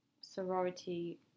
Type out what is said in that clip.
sorority